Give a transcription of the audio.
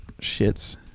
Shits